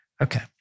Okay